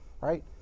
right